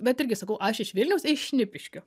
bet irgi sakau aš iš vilniaus iš šnipiškių